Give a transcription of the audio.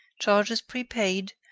charges prepaid,